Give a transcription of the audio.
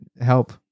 help